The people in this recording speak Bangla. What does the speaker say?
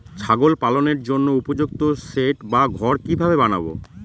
ছাগল পালনের জন্য উপযুক্ত সেড বা ঘর কিভাবে বানাবো?